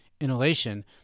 inhalation